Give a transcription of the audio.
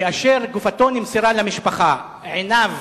כאשר גופתו נמסרה למשפחה, עיניו